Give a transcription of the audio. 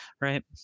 Right